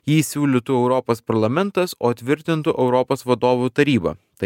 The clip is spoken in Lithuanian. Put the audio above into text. jį siūlytų europos parlamentas o įtvirtintų europos vadovų taryba tai